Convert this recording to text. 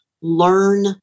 learn